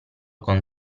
con